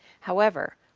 however,